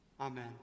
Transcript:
Amen